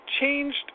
changed